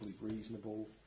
reasonable